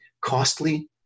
costly